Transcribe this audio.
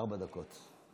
ארבע דקות.